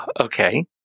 Okay